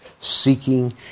seeking